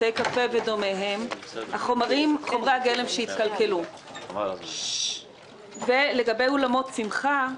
בתי קפה ודומיהם חומרי הגלם שהתקלקלו; ולגבי אולמות שמחה,